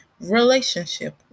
relationship